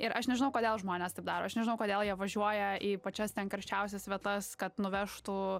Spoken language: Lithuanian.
ir aš nežinau kodėl žmonės taip daro aš nežinau kodėl jie važiuoja į pačias karščiausias vietas kad nuvežtų